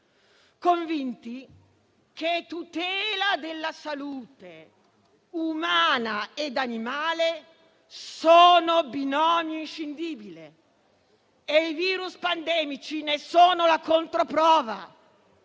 Convinti che la tutela della salute umana e quella animale sono binomio inscindibile, e i virus pandemici ne sono la controprova,